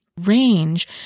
range